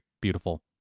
beautiful